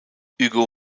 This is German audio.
hugo